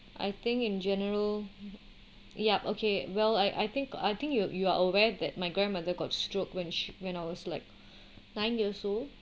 I think in general yup okay well I I think I think you you are aware that my grandmother got stroke when she when I was like nine years old